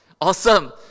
Awesome